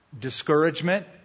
discouragement